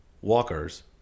walkers